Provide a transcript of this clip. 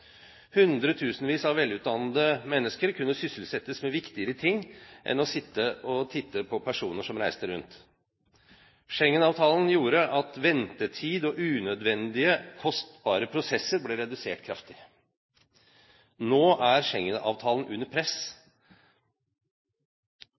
av velutdannede mennesker kunne sysselsettes med viktigere ting enn å sitte og titte på personer som reiste rundt. Schengen-avtalen gjorde at ventetid og unødvendige og kostbare prosesser ble redusert kraftig. Nå er Schengen-avtalen under press.